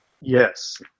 Yes